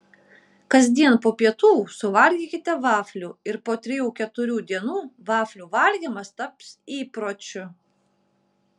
kasdien po pietų suvalgykite vaflių ir po trijų keturių dienų vaflių valgymas taps įpročiu